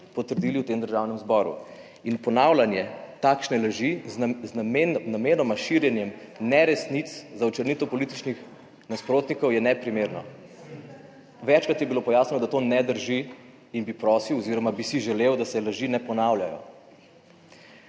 potrdili v tem Državnem zboru in ponavljanje takšne laži z namenoma širjenjem neresnic za očrnitev političnih nasprotnikov je neprimerno. Večkrat je bilo pojasnjeno, da to ne drži, in bi prosil oziroma bi si želel, da se laži ne ponavljajo.